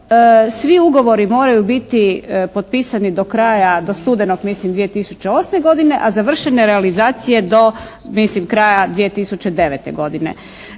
svi ugovori moraju biti potpisani do kraja, do studenog mislim 2008. godine, a završene realizacije mislim do kraja 2009. godine.